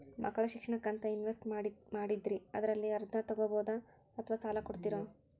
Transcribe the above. ಮಕ್ಕಳ ಶಿಕ್ಷಣಕ್ಕಂತ ಇನ್ವೆಸ್ಟ್ ಮಾಡಿದ್ದಿರಿ ಅದರಲ್ಲಿ ಅರ್ಧ ತೊಗೋಬಹುದೊ ಅಥವಾ ಸಾಲ ಕೊಡ್ತೇರೊ?